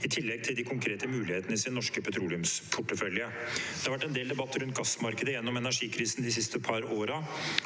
i tillegg til de konkrete mulighetene i sin norske petroleumsportefølje. Det har vært en del debatt rundt gassmarkedet gjennom energikrisen de siste par årene,